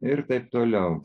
ir taip toliau